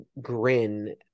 grin